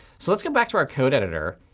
so let's go back to our code editor,